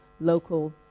local